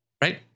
right